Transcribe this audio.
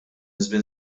żmien